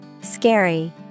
Scary